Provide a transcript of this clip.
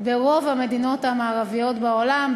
ברוב המדינות המערביות בעולם,